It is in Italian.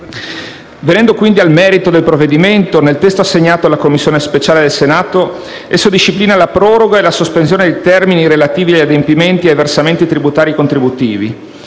Venendo quindi al merito del provvedimento nel testo assegnato alla Commissione speciale del Senato, esso disciplina la proroga e la sospensione dei termini relativi agli adempimenti e ai versamenti tributari e contributivi,